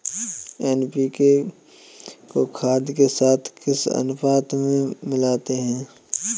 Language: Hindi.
एन.पी.के को खाद के साथ किस अनुपात में मिलाते हैं?